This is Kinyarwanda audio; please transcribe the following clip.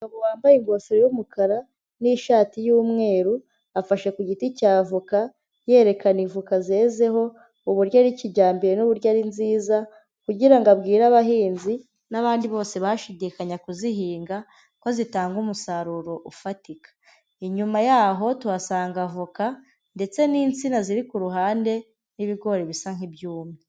Umugabo wambaye ingofero y'umukara n'ishati y'umweru, afashe ku giti cya avoka, yerekana ivoka zezeho uburyo ari kijyambere n'uburyo ari nziza, kugira ngo abwira abahinzi n'abandi bose bashidikanya kuzihinga, ko zitanga umusaruro ufatika. Inyuma yaho tuhasanga avoka, ndetse n'insina ziri ku ruhande, n'ibigori bisa nk'ibyumye.